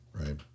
right